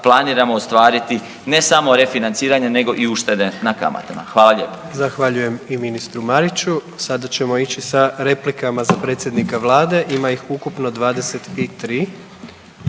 planiramo ostvariti ne samo refinanciranje nego i uštede na kamatama. Hvala lijepo. **Jandroković, Gordan (HDZ)** Zahvaljujem i ministru Mariću. Sada ćemo ići sa replikama za predsjednika vlade, ima ih ukupno 23.